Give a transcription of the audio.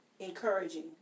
Encouraging